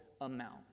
amount